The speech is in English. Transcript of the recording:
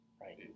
right